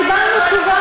קיבלנו תשובה